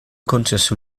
concesse